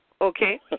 Okay